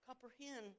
comprehend